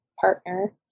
partner